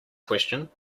question